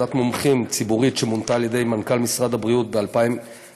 ועדת מומחים ציבורית שמונתה על ידי מנכ"ל משרד הבריאות ב-2010,